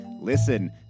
listen